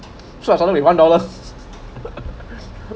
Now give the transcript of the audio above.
so I started with one dollar